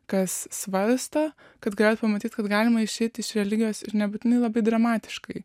kas svarsto kad galėtų pamatyti kad galima išeiti iš religijos ir nebūtinai labai dramatiškai